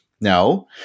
No